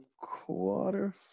quarter